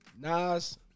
Nas